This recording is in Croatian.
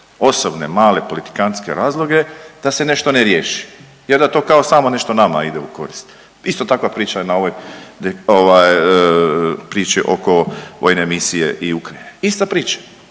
osobne male politikantske razloge da se nešto ne riješi jer da to kao samo nešto nama ide u korist. Isto takva priča je na ovoj priči oko vojne misije i Ukrajine, ista priča.